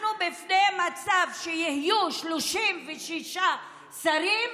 אנחנו במצב שיהיו 36 שרים,